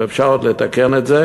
ואפשר עוד לתקן את זה